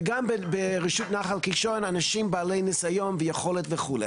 גם ברשות נחל קישון אנשים בעלי ניסיון ויכולת וכו'.